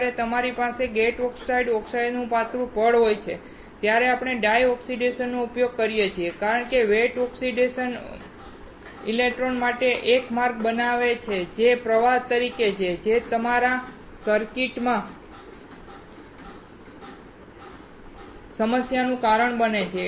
જ્યારે તમારી પાસે ગેટ ઓક્સાઇડ ઓક્સાઇડનું પાતળું પડ હોય ત્યારે આપણે ડ્રાય ઓક્સિડેશનનો ઉપયોગ કરીએ છીએ કારણ કે વેટ ઓક્સિડેશન ઇલેક્ટ્રોન માટે એક માર્ગ બનાવે છે જે પ્રવાહ કરી શકે છે જે તમારા સર્કિટમાં સમસ્યાનું કારણ બને છે